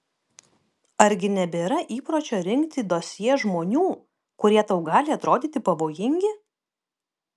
argi nebėra įpročio rinkti dosjė žmonių kurie tau gali atrodyti pavojingi